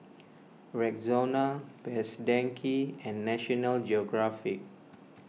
Rexona Best Denki and National Geographic